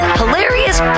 hilarious